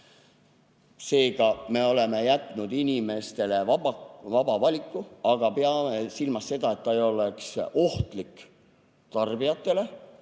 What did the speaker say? Seega me oleme jätnud inimestele vaba valiku, aga peame silmas seda, et ta ei oleks ohtlik tarbijatele